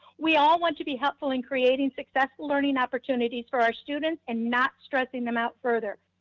we all want to be helpful in creating successful learning opportunities for our students and not stressing them out further.